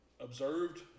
observed